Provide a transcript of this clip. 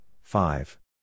five